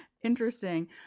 interesting